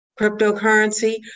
cryptocurrency